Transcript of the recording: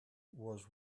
was